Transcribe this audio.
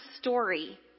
story